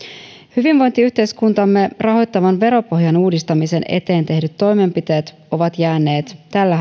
hyvinvointiyhteiskuntamme rahoittavan veropohjan uudistamisen eteen tehdyt toimenpiteet ovat jääneet tällä